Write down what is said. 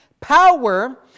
power